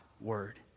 word